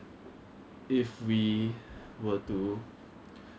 doing that kind of thing just to earn money if I really wanted to do that right